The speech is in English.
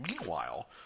Meanwhile